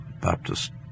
Baptist